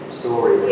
story